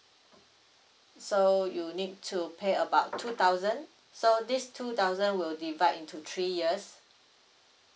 so you need to pay about two thousand so this two thousand will divide into three years